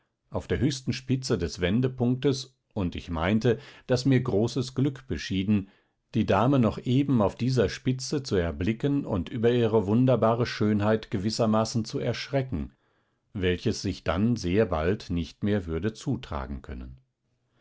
auf der höchsten spitze des wendepunktes und ich meinte daß mir großes glück beschieden die dame noch eben auf dieser spitze zu erblicken und über ihre wunderbare schönheit gewissermaßen zu erschrecken welches sich dann sehr bald nicht mehr würde zutragen können